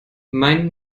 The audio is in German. mein